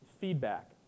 Feedback